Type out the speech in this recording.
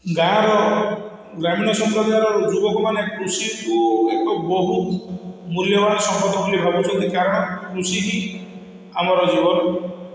ଗାଁ'ର ଗ୍ରାମୀଣ ସମ୍ପ୍ରଦାୟର ଯୁବକମାନେ କୃଷିକୁ ଏକ ବହୁ ମୂଲ୍ୟବନ ସମ୍ପତ୍ତି ବୋଲି ଭାବୁଛନ୍ତି କାରଣ କୃଷିକି ଆମର ଜୀବନ